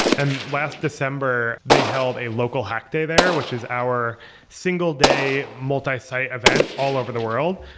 and last december, they held a local hack day there, which is our single day multi-site event all over the world.